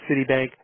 Citibank